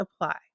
apply